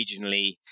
regionally